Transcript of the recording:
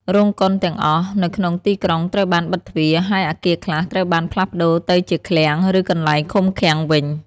រោងកុនទាំងអស់ នៅក្នុងទីក្រុងត្រូវបានបិទទ្វារ ហើយអាគារខ្លះត្រូវបានផ្លាស់ប្តូរទៅជាឃ្លាំង ឬកន្លែងឃុំឃាំងវិញ។